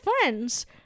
friends